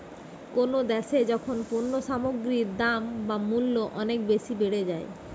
কোনো দ্যাশে যখন পণ্য সামগ্রীর দাম বা মূল্য অনেক বেশি বেড়ে যায়